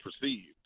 perceived